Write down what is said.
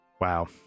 Wow